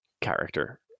character